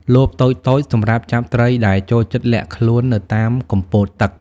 លបតូចៗ សម្រាប់ចាប់ត្រីដែលចូលចិត្តលាក់ខ្លួននៅតាមគុម្ពោតទឹក។